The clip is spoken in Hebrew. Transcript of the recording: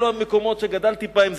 אלה המקומות שגדלתי בהם,